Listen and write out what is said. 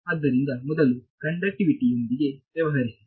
ಆದ್ದರಿಂದ ಮೊದಲು ಕಂಡಕ್ಟಿವಿಟಿ ಯೊಂದಿಗೆ ವ್ಯವಹರಿಸಿ